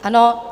Ano.